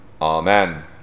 Amen